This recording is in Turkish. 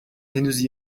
henüz